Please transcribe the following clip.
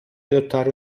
adottare